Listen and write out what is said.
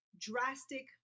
drastic